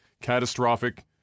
catastrophic